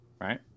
right